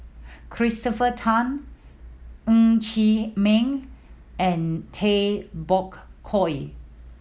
Christopher Tan Ng Chee Meng and Tay Bak Koi